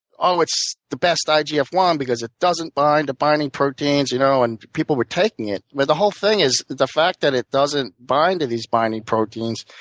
oh, it's the best i g f one because it doesn't bind to binding proteins, you know and people were taking it. the whole thing is the fact that it doesn't bind to these binding proteins,